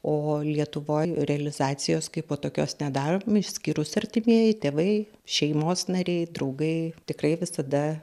o lietuvoj realizacijos kaipo tokios nedarom išskyrus artimieji tėvai šeimos nariai draugai tikrai visada